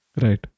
right